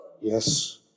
Yes